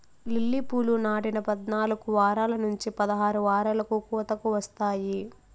lily పూలు నాటిన పద్నాలుకు వారాల నుంచి పదహారు వారాలకు కోతకు వస్తాయి